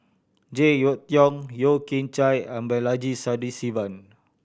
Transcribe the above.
Jek Yeun Thong Yeo Kian Chai and Balaji Sadasivan